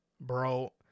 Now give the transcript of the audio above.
bro